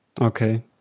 Okay